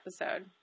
episode